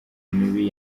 mibi